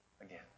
again